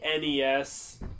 NES